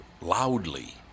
loudly